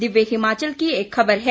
दिव्य हिमाचल की एक खबर है